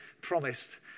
promised